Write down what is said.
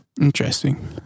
Interesting